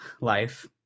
life